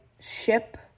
ship